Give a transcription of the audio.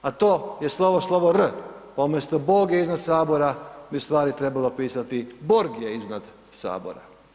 A to je slovo slovo R, pa umjesto Bog je iznad Sabora, bi ustvari trebalo pisati, borg je iznad Sabora.